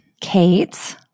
Kate